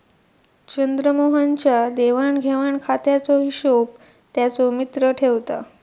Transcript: चंद्रमोहन च्या देवाण घेवाण खात्याचो हिशोब त्याचो मित्र ठेवता